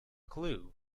clue